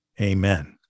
Amen